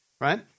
right